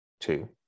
two